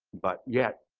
but yet,